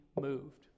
moved